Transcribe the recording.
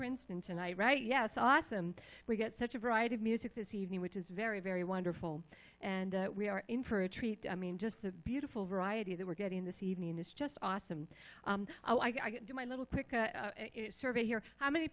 princeton tonight right yes awesome we get such a variety of music this evening which is very very wonderful and we are in for a treat i mean just a beautiful variety that we're getting this evening is just awesome so i do my little pika survey here how many